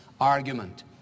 argument